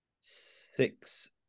six